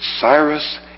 Cyrus